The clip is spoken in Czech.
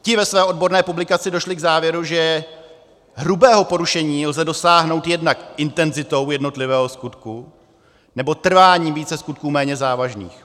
Ti ve své odborné publikaci došli k závěru, že hrubého porušení lze dosáhnout jednak intenzitou jednotlivého skutku, nebo trváním více skutků méně závažných.